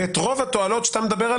ואת רוב התועלות עליהן אתה מדבר,